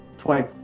Twice